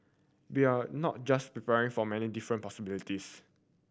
bell not just preparing for many different possibilities